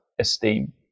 esteem